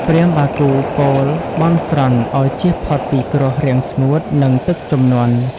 ព្រាហ្មណ៍បាគូពោលបន់ស្រន់ឱ្យចៀសផុតពីគ្រោះរាំងស្ងួត និងទឹកជំនន់។